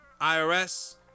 irs